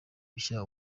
bishya